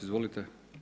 Izvolite.